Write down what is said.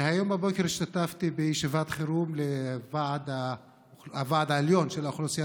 היום בבוקר השתתפתי בישיבת חירום של הוועד העליון של האוכלוסייה